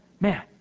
man